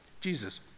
Jesus